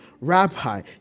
Rabbi